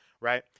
right